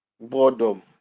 boredom